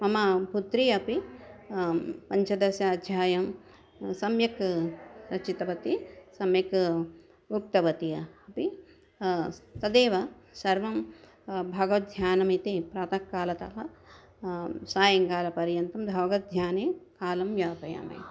मम पुत्री अपि पञ्चददश अध्यायाः सम्यक् रचितवती सम्यक् उक्तवती यापि स् तदेव सर्वं भगवद्ध्यानमिति प्रातःकालतः सायङ्कालपर्यन्तं भगवद्ध्याने कालं यापयामि